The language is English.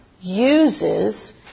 uses